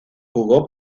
jugó